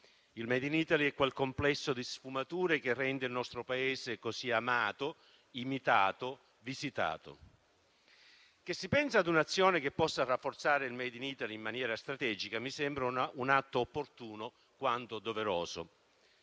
Il *made in Italy* è quel complesso di sfumature che rende il nostro Paese così amato, imitato e visitato. Che si pensi ad un'azione che possa rafforzare il *made in Italy* in maniera strategica mi sembra un atto opportuno, quanto doveroso.